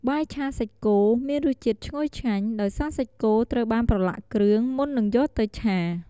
បាយឆាសាច់គោមានរសជាតិឈ្ងុយឆ្ងាញ់ ដោយសារសាច់គោត្រូវបានប្រឡាក់គ្រឿងមុននឹងយកទៅឆា។